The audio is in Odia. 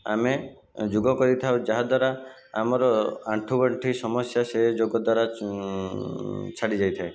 ଆମେ ଯୋଗ କରିଥାଉ ଯାହା ଦ୍ଵାରା ଆମର ଆଣ୍ଠୁ ଗଣ୍ଠି ସମସ୍ୟା ସେ ଯୋଗ ଦ୍ଵାରା ଛାଡ଼ି ଯାଇଥାଏ